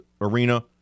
arena